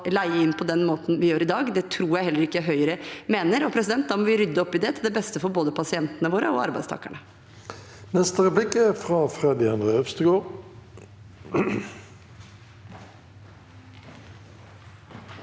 å leie inn på den måten vi gjør i dag. Det tror jeg heller ikke Høyre mener. Da må vi rydde opp i det til beste for både pasientene våre og arbeidstakerne.